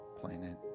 planet